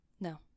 no